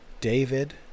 David